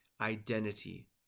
identity